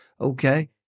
Okay